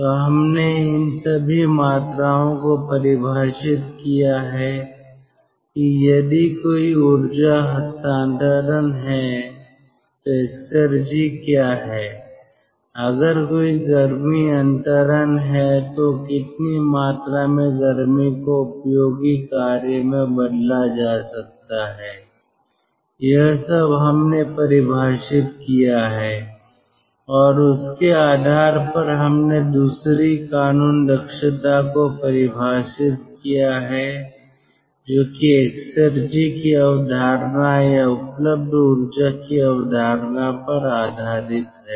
तो हमने इन सभी मात्राओं को परिभाषित किया है कि यदि कोई ऊर्जा हस्तांतरण है तो एक्सेरजी क्या है अगर कोई गर्मी अंतरण है तो कितनी मात्रा में गर्मी को उपयोगी कार्य में बदला जा सकता है यह सब हमने परिभाषित किया है और उसके आधार पर हमने दूसरी कानून दक्षता को परिभाषित किया है जो कि एक्सेरजी की अवधारणा या उपलब्ध ऊर्जा की अवधारणा पर आधारित है